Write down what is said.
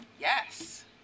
yes